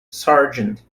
sargent